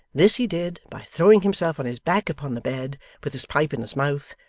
this he did, by throwing himself on his back upon the bed with his pipe in his mouth,